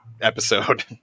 episode